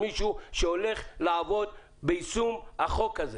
מישהו שהולך לעבוד ביישום החוק הזה